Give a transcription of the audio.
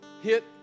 hit